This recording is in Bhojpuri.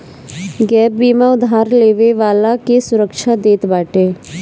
गैप बीमा उधार लेवे वाला के सुरक्षा देत बाटे